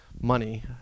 Money